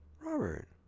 Robert